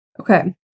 Okay